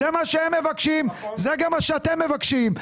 זה מה שהם מבקשים וזה גם מה שאתם מבקשים.